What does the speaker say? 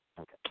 Okay